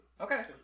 Okay